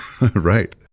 Right